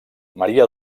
maria